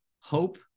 hope